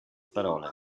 parole